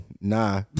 Nah